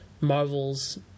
Marvel's